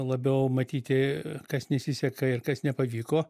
labiau matyti kas nesiseka ir kas nepavyko